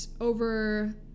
over